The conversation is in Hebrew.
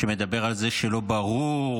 שמדבר על זה שלא ברור,